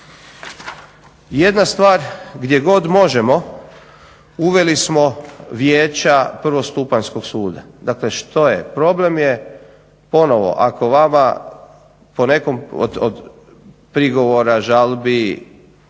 Jedna stvar gdje god možemo uveli smo vijeća Prvostupanjskog suda. Dakle što je? Problem je ponovo ako vama po nekom od prigovora, žalbi